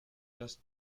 just